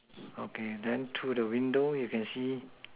okay then to the window you can see